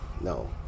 no